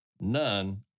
none